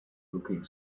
looking